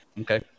Okay